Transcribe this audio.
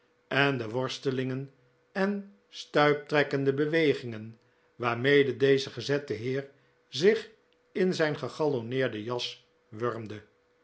en de worstelingen en stuiptrekkende bewegingen waarmede deze gezette heer zich in zijn gegallonneerde as